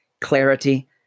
clarity